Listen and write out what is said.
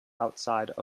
outside